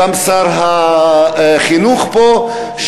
שר החינוך פה,